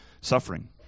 suffering